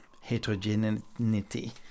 heterogeneity